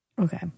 Okay